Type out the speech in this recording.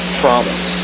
promise